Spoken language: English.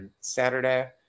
Saturday